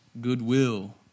goodwill